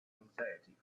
anxiety